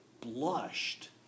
blushed